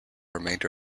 remainder